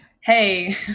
Hey